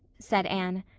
said anne.